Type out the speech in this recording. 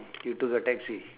you took a taxi